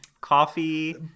coffee